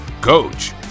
coach